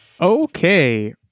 okay